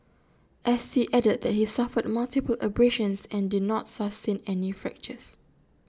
S T added that he suffered multiple abrasions and did not sustain any fractures